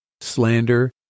slander